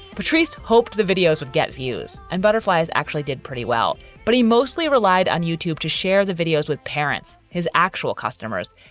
patrice hoped the videos would get views and butterflies actually did pretty well but he mostly relied on youtube to share the videos with parents, his actual customers,